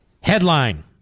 Headline